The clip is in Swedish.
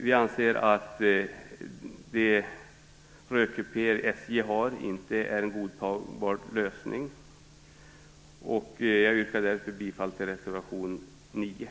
Vi anser att de rökkupéer SJ har inte är en godtagbar lösning. Jag yrkar därför bifall till reservation 9.